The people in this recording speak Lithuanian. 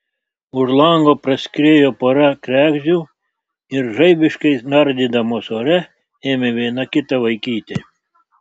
už lango praskriejo pora kregždžių ir žaibiškai nardydamos ore ėmė viena kitą vaikyti